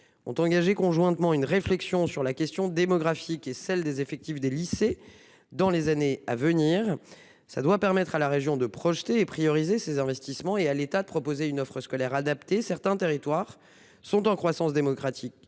ont engagé conjointement une réflexion sur la question démographique et sur les effectifs des lycées. Cela permettra à la région d'établir des priorités quant à ses investissements et à l'État de proposer une offre scolaire adaptée. Certains territoires sont en croissance démographique